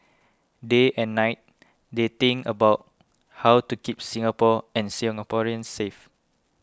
day and night they think about how to keep Singapore and Singaporeans safe